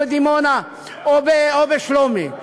או בדימונה או בשלומי?